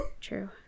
True